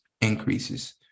increases